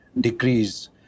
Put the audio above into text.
decrease